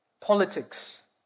Politics